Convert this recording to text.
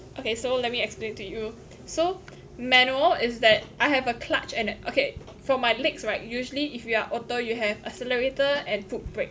okay so let me explain to you so manual is that I have a clutch and okay from my legs right usually if you are auto you have accelerator and foot brake